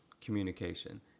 communication